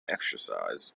exercise